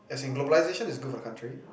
as in globalization is good for the country